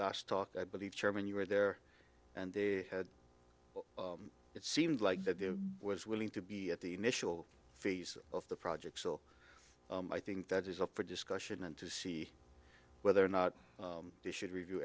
last talked i believe chairman you were there and they had it seemed like there was willing to be at the initial phase of the project so i think that is up for discussion and to see whether or not they should review